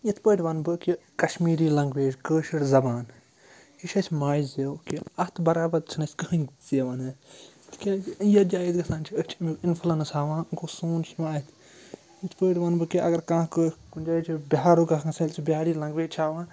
یِتھ پٲٹھۍ وَنہٕ بہٕ کہِ کَشمیٖری لَنٛگویج کٲشِر زَبان یہِ چھُ اَسہِ ماجہِ زیٚو کہِ اَتھ بَرابَر چھِنہٕ اَسہِ کٕہٕنۍ زِ وَنان تِکیٛازِ یَتھ جایہِ أسۍ گژھان چھِ أسۍ چھِ اِنفُلَنس ہاوان گوٚو سون چھُ یِوان اَتھ یِتھ پٲٹھۍ وَنہٕ بہٕ کہِ اگر کانٛہہ کُنہِ جایہِ چھِ بِہارُک آسان سُہ بِہٲری لنٛگویج چھِ ہاوان